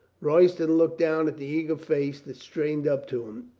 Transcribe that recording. royston looked down at the eager face that strained up to him.